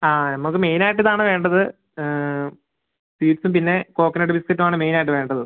ആ നമക്ക് മെയിനായിട്ട് ഇതാണ് വേണ്ടത് സ്വീറ്റ്സും പിന്നെ കോക്കനട്ട് ബിസ്ക്കറ്റുവാണ് മെയ്നായിട്ട് വേണ്ടത്